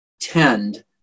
tend